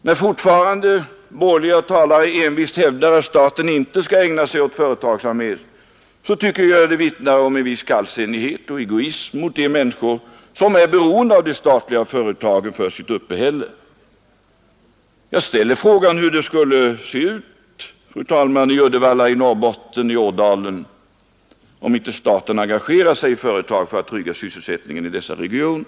När borgerliga talare fortfarande envist hävdar att staten inte skall ägna sig åt företagsamhet tycker jag att det vittnar om en viss kallsinnighet och egoism gentemot de människor som är beroende av de statliga företagen för sitt uppehälle. Jag ställer frågan: Hur skulle det se ut, fru talman, i Uddevalla, i Norrbotten, i Ådalen, om inte staten engagerat sig i företag för att trygga sysselsättningen i dessa regioner?